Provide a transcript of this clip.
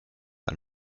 and